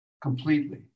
completely